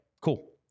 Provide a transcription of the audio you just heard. cool